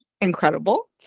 Incredible